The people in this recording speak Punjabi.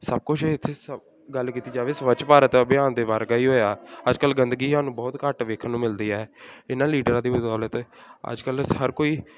ਸਭ ਕੁਛ ਇੱਥੇ ਸ ਗੱਲ ਕੀਤੀ ਜਾਵੇ ਸਵੱਛ ਭਾਰਤ ਅਭਿਆਨ ਦੇ ਵਰਗਾ ਹੀ ਹੋਇਆ ਅੱਜ ਕੱਲ੍ਹ ਗੰਦਗੀ ਸਾਨੂੰ ਬਹੁਤ ਘੱਟ ਵੇਖਣ ਨੂੰ ਮਿਲਦੀ ਹੈ ਇਹਨਾਂ ਲੀਡਰਾਂ ਦੀ ਬਦੌਲਤ ਅੱਜ ਕੱਲ੍ਹ ਸ ਹਰ ਕੋਈ